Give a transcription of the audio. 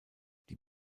die